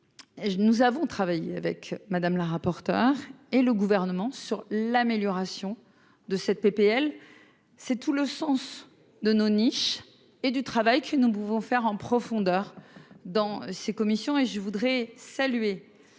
nous avons travaillé avec madame la rapporteure et le gouvernement sur l'amélioration de cette PPL, c'est tout le sens de nos niches et du travail que nous pouvons faire en profondeur dans ces commissions